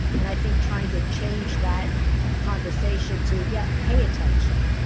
and i think trying to change that conversation to, yep, pay attention,